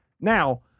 Now